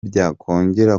byakongera